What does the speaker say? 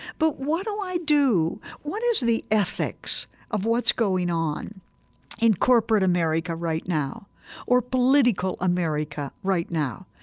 but what do i do what is the ethics of what's going on in corporate america right now or political america right now?